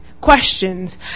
questions